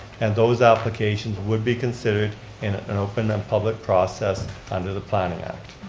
and those applications would be considered in an open and public process under the planning act.